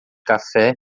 café